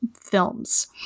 films